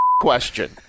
question